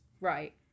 Right